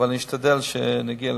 אבל אני אשתדל שנגיע להסכם.